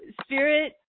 spirit